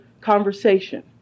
conversation